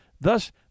Thus